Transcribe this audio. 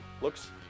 looks